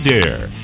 Dare